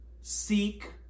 seek